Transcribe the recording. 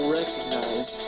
recognize